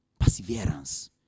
Perseverance